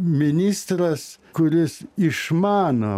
ministras kuris išmano